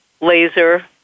Laser